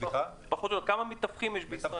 מתווכים בישראל